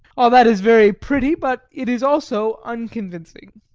all that is very pretty, but it is also unconvincing.